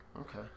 okay